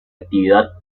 actividad